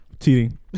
cheating